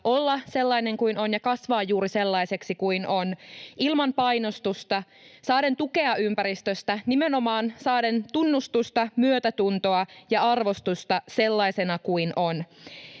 olla sellainen kuin on ja kasvaa juuri sellaiseksi kuin on ilman painostusta, saaden tukea ympäristöstä — nimenomaan saaden tunnustusta, myötätuntoa ja arvostusta sellaisena kuin on.